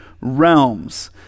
realms